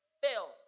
fail